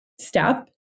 step